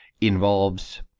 involves